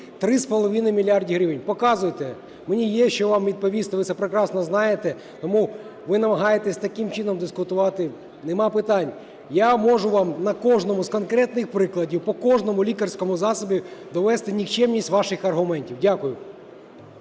3,5 мільярда гривень. Показуйте. Мені є що вам відповісти, ви це прекрасно знаєте, тому ви намагаєтесь таким чином дискутувати. Нема питань. Я можу вам на кожному з конкретних прикладів по кожному лікарському засобу довести нікчемність ваших аргументів. Дякую.